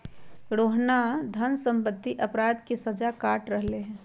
रोहना धन सम्बंधी अपराध के सजा काट रहले है